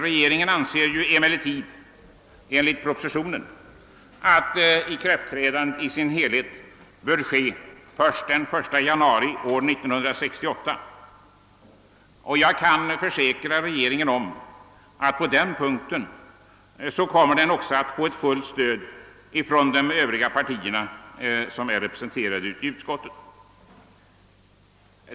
Regeringen anser enligt propositionen att ikraftträdandet i dess helhet bör ske först den 1 januari 1968. Jag kan försäkra regeringen om att den på den punkten kommer att få fullt stöd från de övriga partier som är representerade i utskottet.